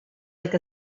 like